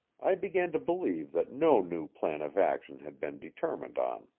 i began to believe that no new plan of action had been determined on.